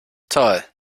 toll